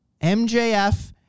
MJF